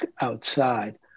outside